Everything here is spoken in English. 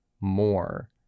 more